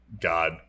God